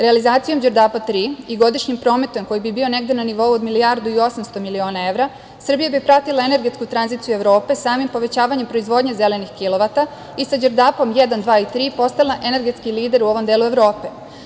Realizacijom „Đerdapa 3“ i godišnjeg prometa koji bi bio negde na nivou od 1.800.000.000 evra, Srbija bi pratila energetsku tranziciju Evrope samim povećavanjem proizvodnje zelenih kilovata i sa Đerdapom 1, 2 i 3 postala energetski lider u ovom delu Evrope.